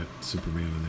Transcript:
Superman